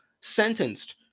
sentenced